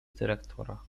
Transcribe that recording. dyrektora